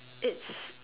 it's